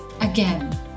Again